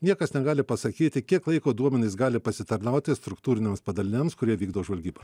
niekas negali pasakyti kiek laiko duomenys gali pasitarnauti struktūriniams padaliniams kurie vykdo žvalgybą